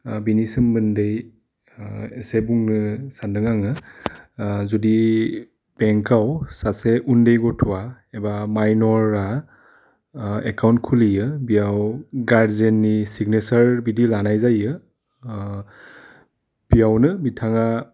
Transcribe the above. ओह बिनि सोमोन्दै ओह एसे बुंनो सानदों आङो ओह जुदि बेंकआव सासे उन्दै गथ'आव एबा माइनरा एबा ओह एकाउन खुलियो बेयाव गार्डजेननि सिगनेचार बिदि लानाय जायो ओह बेयावनो बिथाङा